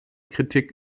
kritik